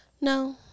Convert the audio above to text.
no